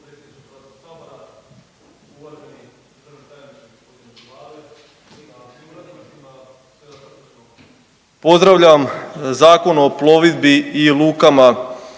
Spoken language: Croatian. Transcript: Hvala.